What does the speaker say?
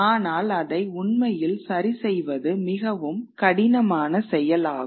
ஆனால் அதை உண்மையில் சரிசெய்வது மிகவும் கடினமான செயல் ஆகும்